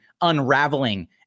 unraveling